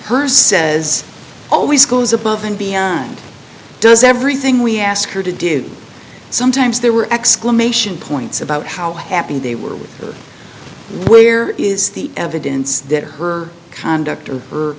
her says always goes above and beyond does everything we ask her to do sometimes there were exclamation points about how happy they were with her where is the evidence that her conduct or